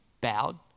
bowed